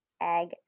egg